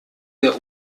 der